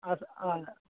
आसा हय